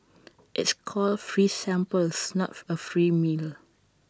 it's called free samples not A free meal